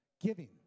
Giving